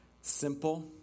simple